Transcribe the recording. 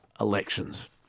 elections